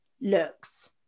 looks